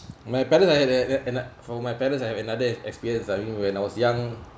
my parents I had uh an uh for my parents I have another experience uh I mean when I was young